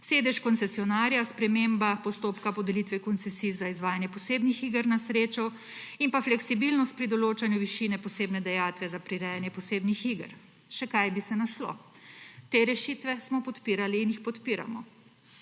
sedež koncesionarja, sprememba postopka podelitve koncesij za izvajanje posebnih iger na srečo in fleksibilnost pri določanju višine posebne dajatve za prirejanje posebnih iger. Še kaj bi se našlo. Te rešitve smo podpirali in jih podpiramo.